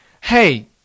Hey